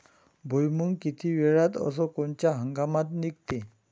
भुईमुंग किती वेळात अस कोनच्या हंगामात निगते?